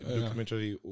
documentary